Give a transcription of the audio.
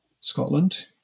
Scotland